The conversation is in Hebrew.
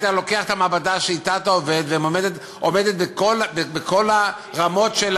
היית לוקח את המעבדה שאתה אתה עובד ועומדת בכל הרמות,